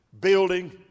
building